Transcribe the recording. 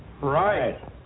Right